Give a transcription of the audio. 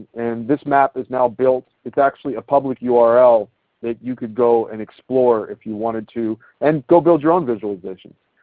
and this map is now built. it's actually a public url that you could go and explore if you wanted to and go build your own visualization.